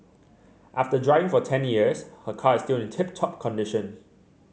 after driving for ten years her car is still in tip top condition